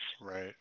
Right